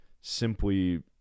simply